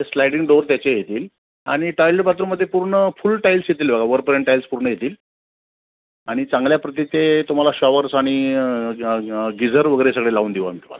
ते sliding door त्याचे येतील आणि टॉईलं बाथरूममध्ये पूर्ण फुल टाईल्स येतील बघा वरपर्यंत टाईल्स पूर्ण येतील आणि चांगल्या प्रतीचे ते तुम्हाला शॉवर्स आणि गिझर वगैरे सगळे लावून देऊ आम्ही तुम्हाला